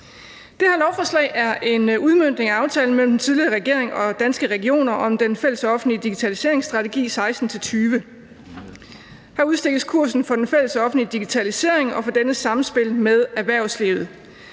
Det her lovforslag er en udmøntning af aftalen mellem den tidligere regering og Danske Regioner om den fælles offentlige digitaliseringsstrategi 2016-2020. Her udstikkes kursen for den fælles offentlige digitalisering og for dennes samspil med erhvervslivet.